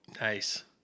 Nice